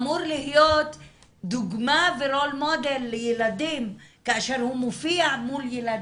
אמור להיות דוגמא לילדים כאשר הוא מופיע מול ילדים,